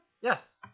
Yes